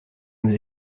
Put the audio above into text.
nous